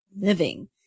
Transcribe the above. living